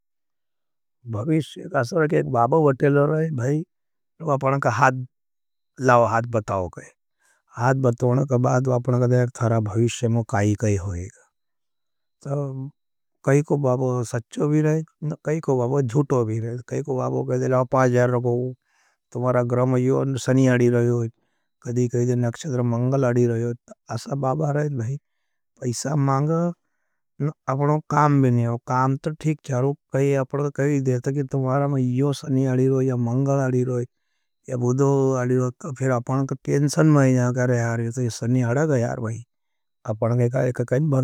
भविश्ये का स्वागत है कि एक बाबो वटेलो रहे है, वो आपने का हाद लाओ, हाद बताओ करें, हाद बताओने के बाद वापने कहते है थारा भविश्ये में काई-काई होईगा। कई को बाबो सच भी रहे है, काई को बाबो जूट भी रहे है। कई को बाबो कहते बाए रभो गवूव तुमिया ग्रह में यंसनि आड़ी रहे होई। कदी कहे देओ नकचसतारे मंगल आड़ि रहे हो। असल बाबा रहे करके मिंजीकर स काम था ठीक चारोग, अपड़गा कही देता कि तुम्हारा मैं यो सनी अली रोई। यो मंगल अली रोई, यो बुदो अली रोई, फिर अपनका टेंशन माई जा करे यार, यो सनी अड़ा गयार वही, अपनका एक-एका कैन बन देता है।